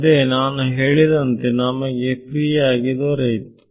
ಅದೇ ನಾನು ಹೇಳಿದಂತೆ ನಮಗೆ ಫ್ರೀಯಾಗಿ ದೊರೆಯಿತು